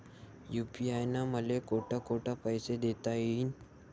UPI न मले कोठ कोठ पैसे देता येईन?